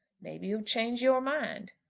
maybe you'll change your mind.